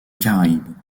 caraïbes